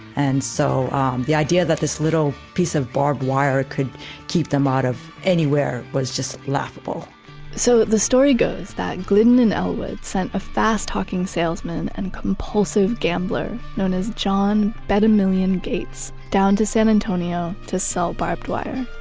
and so the idea that this little piece of barbed wire could keep them out of anywhere was just laughable so the story goes that glidden and elwood sent a fast-talking salesman and compulsive gambler known as john bet-a-million gates, down to san antonio to sell barbed wire.